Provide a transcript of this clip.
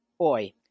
Oi